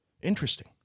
Interesting